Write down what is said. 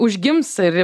užgims ir